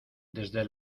desde